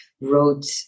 wrote